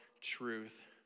truth